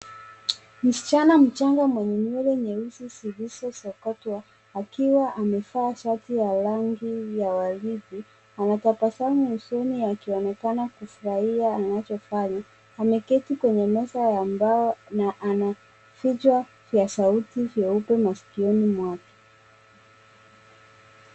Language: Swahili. Msichana mchanga mwenye nywele nyeusi zilizosokotwa akiwa amevaa shati ya rangi ya waridi, anatabasamu usoni akionekana kufurahia anachofanya. Ameketi kwenye meza ya mbao na ana vichwa vya sauti vyeupe masikioni mwake.